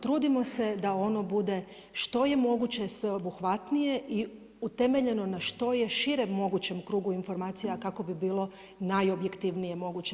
Trudimo se da ono bude što je moguće sveobuhvatnije i utemeljeno na što je šire mogućem krugu informacija kako bi bilo najobjektivnije moguće.